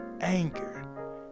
anger